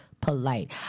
polite